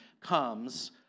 comes